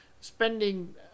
spending